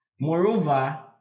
Moreover